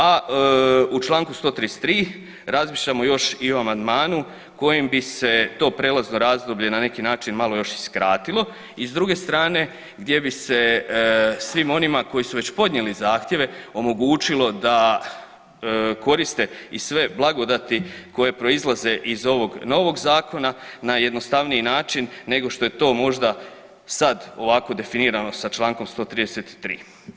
A u čl. 133. razmišljamo još i o amandmanu kojim bi se to prijelazno razdoblje na neki način malo još i skratilo i s druge strane gdje bi se svim onima koji su već podnijeli zahtjeve omogućilo da koriste i sve blagodati koje proizlaze iz ovog novog zakona na jednostavniji način nego što je to možda sad ovako definirano sa čl. 133.